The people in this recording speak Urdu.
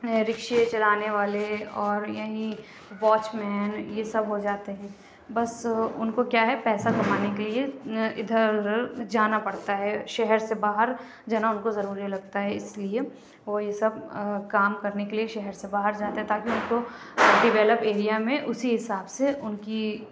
رکشے چلانے والے اور یہیں واچ مین یہ سب ہو جاتے ہیں بس اُن کو کیا ہے پیسہ کمانے کے لیے اِدھر اُدھر جانا پڑتا ہے شہر سے باہر جہاں اُن کو ضروری لگتا ہے اِس لیے وہ یہ سب کام کرنے کے لیے شہر سے باہر جاتے ہیں تاکہ اُن کو ڈیولپ ایریا میں اُسی حساب سے اُن کی